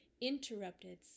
interrupted